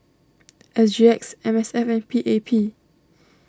S G X M S F and P A P